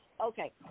Okay